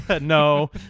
No